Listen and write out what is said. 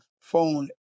phone